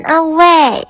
away